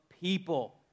people